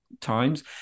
times